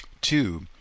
Two